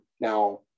Now